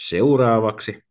Seuraavaksi